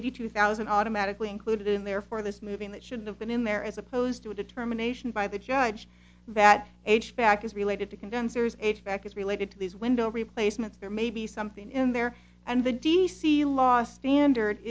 eighty two thousand automatically included in there for this moving that should have been in there as opposed to a determination by the judge that age back is related to condensers age brackets related to these window replacements there may be something in there and the d c last standard